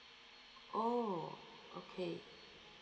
oh okay